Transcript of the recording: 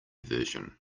version